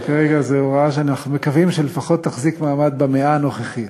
אבל כרגע זו הוראה שאנחנו מקווים שלפחות תחזיק מעמד במאה הנוכחית.